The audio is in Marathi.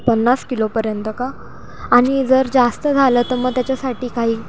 पन्नास किलोपर्यंत का आणि जर जास्त झालं तर मग त्याच्यासाठी काही